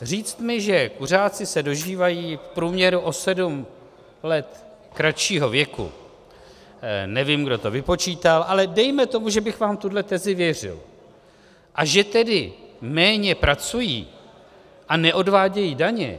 Říct mi, že kuřáci se dožívají v průměru o sedm let kratšího věku, nevím, kdo to vypočítal, ale dejme tomu, že bych vám tuhle tezi věřil, a že tedy méně pracují a neodvádějí daně.